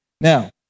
Now